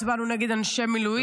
הצבענו נגד אנשי המילואים,